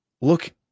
look